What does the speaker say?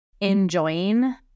enjoying